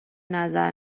نظر